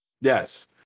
yes